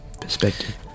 perspective